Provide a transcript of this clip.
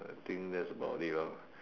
I think that's about it lor